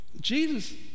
Jesus